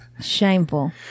Shameful